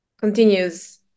continues